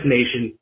Nation